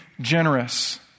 generous